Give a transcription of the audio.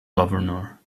governor